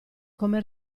come